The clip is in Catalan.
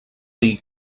dir